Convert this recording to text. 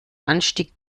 anstieg